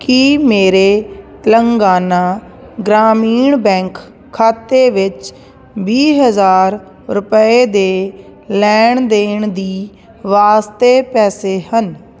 ਕੀ ਮੇਰੇ ਤੇਲੰਗਾਨਾ ਗ੍ਰਾਮੀਣ ਬੈਂਕ ਖਾਤੇ ਵਿੱਚ ਵੀਹ ਹਜ਼ਾਰ ਰੁਪਏ ਦੇ ਲੈਣ ਦੇਣ ਦੀ ਵਾਸਤੇ ਪੈਸੇ ਹਨ